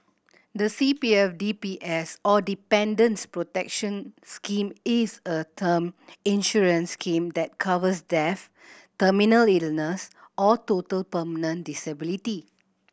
the C P F D P S or Dependants' Protection Scheme is a term insurance scheme that covers death terminal illness or total permanent disability